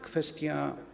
Kwestia.